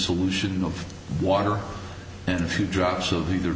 solution of water and a few drops of the